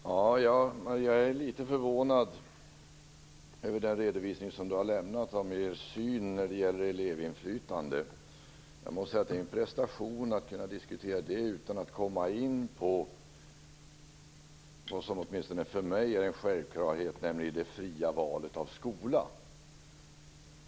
Herr talman! Jag är litet förvånad över den redovisning som Marie Wilén har lämnat av Centerns syn på medinflytande. Det är en prestation att kunna diskutera det utan att komma in på något som åtminstone för mig är en självklarhet, nämligen det fria valet av skola.